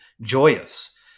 joyous